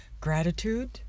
gratitude